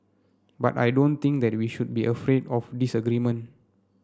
but I don't think that we should be afraid of disagreement